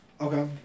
Okay